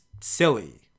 silly